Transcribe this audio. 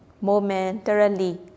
momentarily